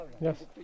Yes